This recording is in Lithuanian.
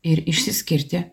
ir išsiskirti